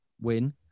win